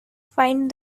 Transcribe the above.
find